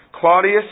Claudius